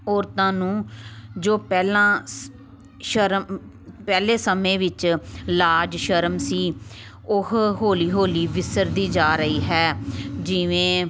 ਔਰਤਾਂ ਨੂੰ ਜੋ ਪਹਿਲਾਂ ਸ ਸ਼ਰਮ ਪਹਿਲੇ ਸਮੇਂ ਵਿੱਚ ਲਾਜ ਸ਼ਰਮ ਸੀ ਉਹ ਹੌਲੀ ਹੌਲੀ ਵਿਸਰਦੀ ਜਾ ਰਹੀ ਹੈ ਜਿਵੇਂ